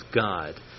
God